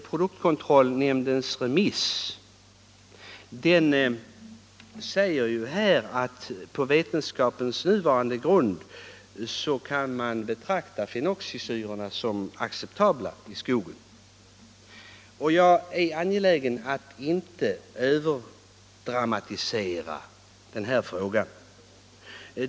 Produktkontrollnämnden säger i sitt remissvar att på vetenskapens nuvarande grund kan man betrakta fenoxisyrorna som acceptabla i skogen. Vi bör heller inte överdramatisera frågan.